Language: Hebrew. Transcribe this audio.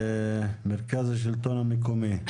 מרכז השלטון המקומי.